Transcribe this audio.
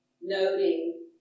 noting